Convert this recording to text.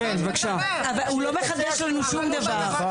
אבל הוא לא מחדש לנו שום דבר.